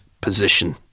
position